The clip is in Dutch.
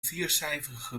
viercijferige